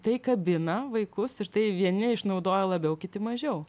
tai kabina vaikus ir tai vieni išnaudoja labiau kiti mažiau